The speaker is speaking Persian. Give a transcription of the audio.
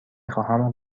خواهم